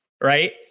right